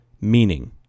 meaning